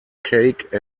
cake